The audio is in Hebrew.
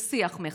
בשיח מכבד.